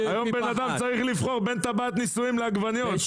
היום בנאדם צריך לבחור בין טבעת נישואין לעגבניות,